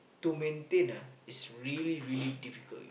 to maintain ah is really really difficult you know